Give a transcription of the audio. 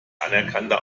anerkannter